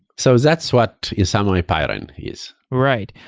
so that's what is someway pywren is. right.